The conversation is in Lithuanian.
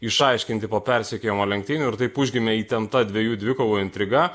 išaiškinti po persekiojimo lenktynių ir taip užgimė įtempta dvejų dvikovų intriga